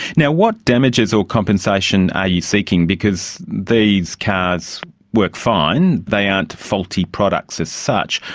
yeah what damages or compensation are you seeking, because these cars work fine, they aren't faulty products as such.